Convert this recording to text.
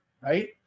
right